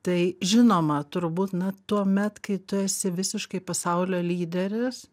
tai žinoma turbūt na tuomet kai tu esi visiškai pasaulio lyderis